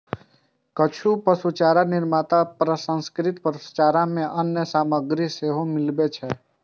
किछु पशुचारा निर्माता प्रसंस्कृत पशुचारा मे अन्य सामग्री सेहो मिलबै छै